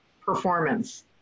performance